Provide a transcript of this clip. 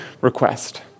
request